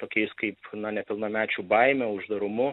tokiais kaip na nepilnamečių baime uždarumu